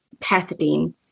pethidine